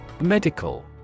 Medical